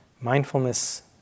mindfulness